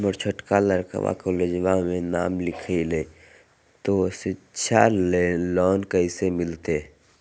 हमर छोटका लड़कवा कोलेजवा मे नाम लिखाई, तो सिच्छा लोन कैसे मिलते?